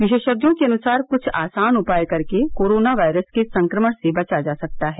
विशेषज्ञों के अनुसार कुछ आसान उपाय कर के कोरोना वायरस के संक्रमण से बचा जा सकता है